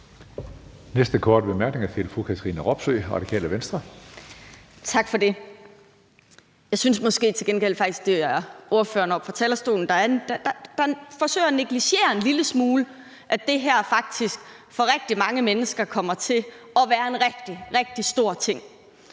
næste korte bemærkning er fra fru Katrine Robsøe, Radikale Venstre. Kl. 15:37 Katrine Robsøe (RV): Tak for det. Jeg synes måske til gengæld, det er ordføreren, der oppe fra talerstolen forsøger at negligere en lille smule, at det her faktisk for rigtig mange mennesker kommer til at være en rigtig, rigtig stor ting.